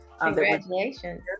Congratulations